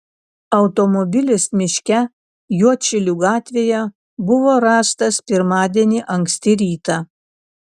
automobilis miške juodšilių gatvėje buvo rastas pirmadienį anksti rytą